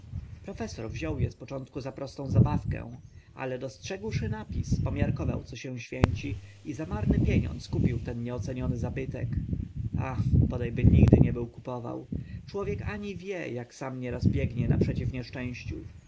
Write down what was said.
profesor wziął e z początku za prostą zabawkę ale dostrzegłszy napis pomiarkował co się święci i za marny pieniądz kupił ten nieoceniony zabytek ach boda by nigdy nie był kupował człowiek ani wie ak sam nieraz biegnie naprzeciw nieszczęściu